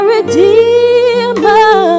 Redeemer